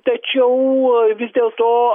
tačiau vis dėlto